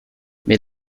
mais